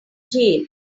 jail